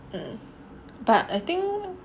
err but I think